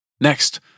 Next